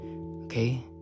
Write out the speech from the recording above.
okay